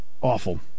awful